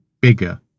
bigger